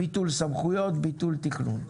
ביטול סמכויות, ביטול תכנון.